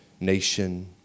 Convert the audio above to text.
nation